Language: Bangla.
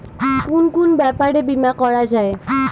কুন কুন ব্যাপারে বীমা করা যায়?